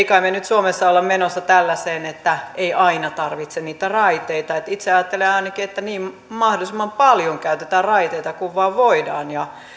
kai me nyt suomessa ole menossa tällaiseen että ei aina tarvitse käyttää niitä raiteita itse ajattelen ainakin että mahdollisimman paljon käytetään raiteita kun vain voidaan